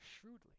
shrewdly